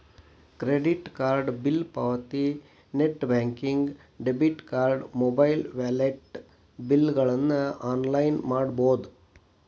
credit card bill ಪಾವತಿ net banking debit card mobile wallet ಬಿಲ್ಗಳನ್ನ online ಮಾಡಬೋದ್